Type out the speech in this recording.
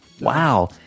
Wow